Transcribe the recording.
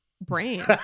brain